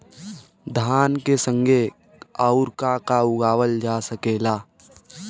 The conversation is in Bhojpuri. धान के संगे आऊर का का उगावल जा सकेला?